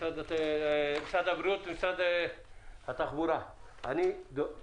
משרד הבריאות ומשרד התחבורה אני חייב לומר לכם בסיכום,